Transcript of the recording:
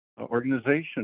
organization